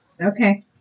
Okay